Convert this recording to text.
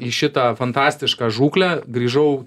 į šitą fantastišką žūklę grįžau